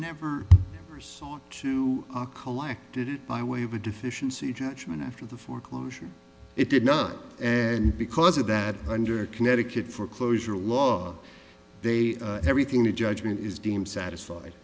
never too are collected by way of a deficiency judgment after the foreclosure it did not and because of that under connecticut foreclosure law they everything the judgment is deemed satisfied